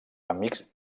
amics